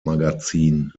magazin